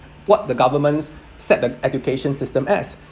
what the governments set the education system as